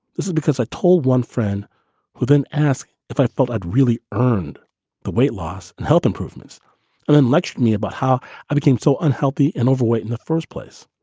this is because i told one friend who then asked if i felt i'd really earned the weight loss and health improvements and then lectured me about how i became so unhealthy and overweight in the first place.